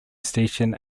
station